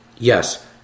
Yes